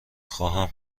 خواهم